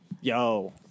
Yo